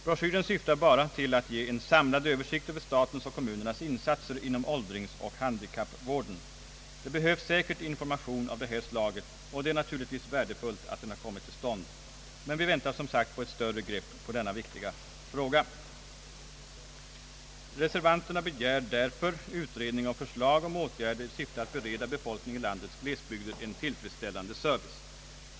Broschyren syftar bara till att ge en samlad översikt över statens och kommunernas insatser inom åldringsoch handikappvården. Det behövs säkert information av det här slaget, och det är naturligtvis värdefullt att den har kommit till stånd, men vi väntar på ett större grepp i denna viktiga fråga. Reservanterna begär därför utredning och förslag om åtgärder i syfte att bereda befolkningen i landets glesbygder en tillfredsställande service.